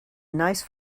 nice